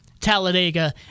talladega